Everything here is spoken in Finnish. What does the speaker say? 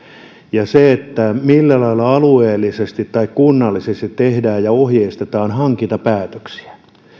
ja se millä lailla alueellisesti tai kunnallisesti tehdään ja ohjeistetaan hankintapäätöksiä